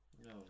no